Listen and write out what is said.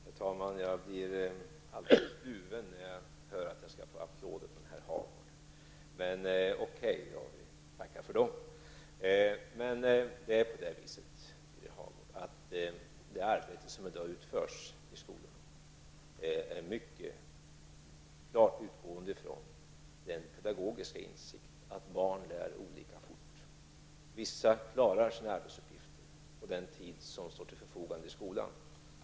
Herr talman! Jag blir alltför kluven när jag hör att jag skall få applåder från herr Hagård. Men okej, jag tackar för dem. Det arbete som utförs i skolorna i dag, Birger Hagård, utgår mycket klart ifrån den pedagogiska insikten att barn lär olika fort. Vissa klarar sina arbetsuppgifter på den tid som står till förfogande i skolan.